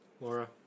Laura